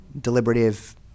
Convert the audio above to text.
deliberative